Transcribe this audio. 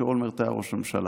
כשאולמרט היה ראש ממשלה.